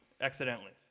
Accidentally